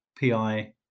PI